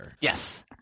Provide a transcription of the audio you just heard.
Yes